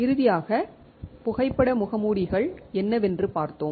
இறுதியாக புகைப்பட முகமூடிகள் என்னவென்று பார்த்தோம்